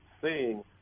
seeing